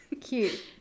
cute